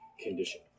condition